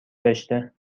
داشته